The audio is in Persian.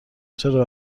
چرا